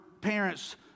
parents